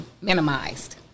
minimized